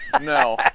No